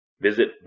Visit